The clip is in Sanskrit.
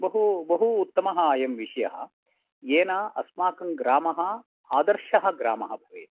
बहु बहु उत्तमः अयं विषयः येन अस्माकं ग्रामः आदर्शः ग्रामः भवेत्